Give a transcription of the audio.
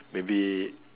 maybe